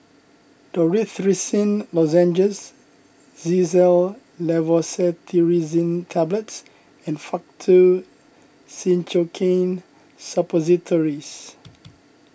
Dorithricin Lozenges Xyzal Levocetirizine Tablets and Faktu Cinchocaine Suppositories